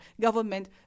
government